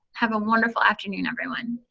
have a wonderful afternoon, everyone.